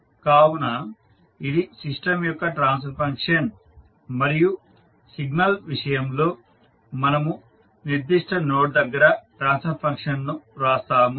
కావున ఇది సిస్టం యొక్క ట్రాన్స్ఫర్ ఫంక్షన్ మరియు సిగ్నల్ విషయంలో మవము నిర్దిష్ట నోడ్ దగ్గర ట్రాన్స్ఫర్ ఫంక్షన్ను వ్రాస్తాము